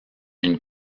une